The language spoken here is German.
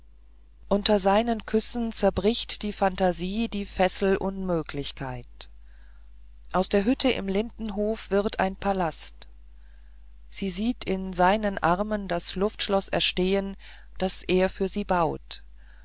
unter seinen küssen zerbricht die phantasie die fessel unmöglichkeit aus der hütte im lindenhof wird ein palast sie sieht in seinen armen das luftschloß erstehen das er für sie baut